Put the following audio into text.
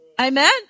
amen